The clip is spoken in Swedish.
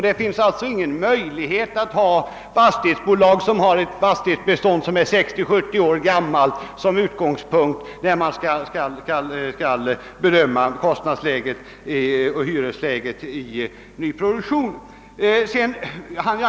Det finns alltså ingen möjlighet att ta fastighetsbolag med ett fastighetsbestånd som är 60—70 år gammalt som utgångspunkt när man skall bedöma kostnadsoch hyresläget i nyproduktionen.